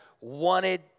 wanted